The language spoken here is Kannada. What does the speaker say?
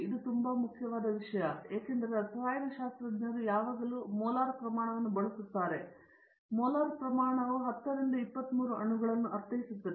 ಇದು ತುಂಬಾ ಮುಖ್ಯವಾದ ವಿಷಯವಾಗಿದೆ ಏಕೆಂದರೆ ರಸಾಯನ ಶಾಸ್ತ್ರಜ್ಞರು ಯಾವಾಗಲೂ ಮೋಲಾರ್ ಪ್ರಮಾಣವನ್ನು ಬಳಸುತ್ತಿದ್ದಾರೆ ಮೋಲಾರ್ ಪ್ರಮಾಣವು 10 ರಿಂದ 23 ಅಣುಗಳನ್ನು ಅರ್ಥೈಸುತ್ತದೆ